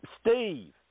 Steve